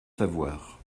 savoir